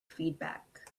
feedback